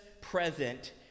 present